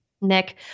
Nick